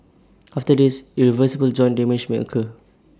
after this irreversible joint damage may occur